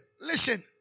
listen